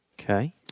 Okay